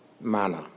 manner